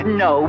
no